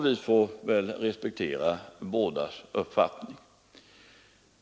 Vi får väl respektera bådas mening.